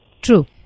True